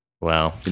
Wow